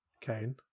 Kane